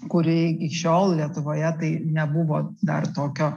kūri iki šiol lietuvoje tai nebuvo dar tokio